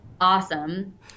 awesome